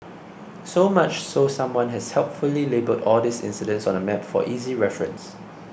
so much so someone has helpfully labelled all these incidents on a map for easy reference